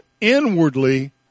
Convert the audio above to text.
inwardly